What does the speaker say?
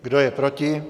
Kdo je proti?